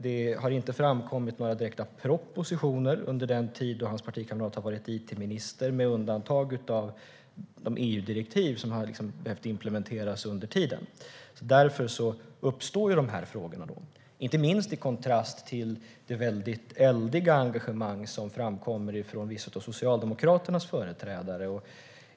Det har inte framkommit några direkta propositioner under den tid Anders Schröders partikamrat har varit it-minister, med undantag av de EU-direktiv som har behövt implementeras under tiden. Därför uppstår dessa frågor, inte minst i kontrast till det eldiga engagemang som framkommer hos vissa av Socialdemokraternas företrädare.